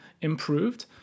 improved